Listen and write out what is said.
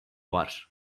var